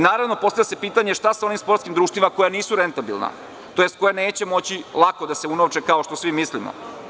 Naravno, postavlja se pitanje šta sa onim sportskim društvima koja nisu rentabilna, odnosno koja neće moći lako da se unovče kao što svi mislimo.